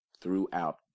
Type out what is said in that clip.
throughout